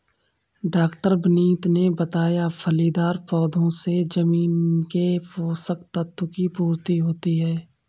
डॉ विनीत ने बताया फलीदार पौधों से जमीन के पोशक तत्व की पूर्ति होती है